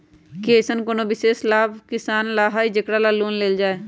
कि अईसन कोनो विशेष लाभ किसान ला हई जेकरा ला लोन लेल जाए?